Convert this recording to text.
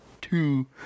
two